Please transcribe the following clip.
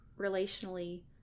relationally